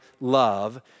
love